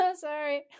Sorry